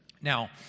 Now